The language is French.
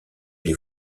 les